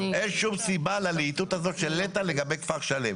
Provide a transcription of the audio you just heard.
אין שום סיבה ללהיטות הזאת של נת"ע לגבי כפר שלם.